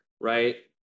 right